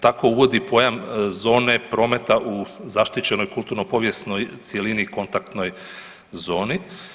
Tako uvodi pojam zone prometa u zaštićenoj kulturno-povijesnoj cjelini, kontaktnoj zoni.